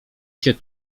się